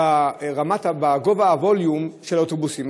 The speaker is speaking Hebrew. בגובה הווליום של האוטובוסים,